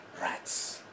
rats